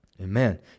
Amen